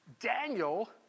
Daniel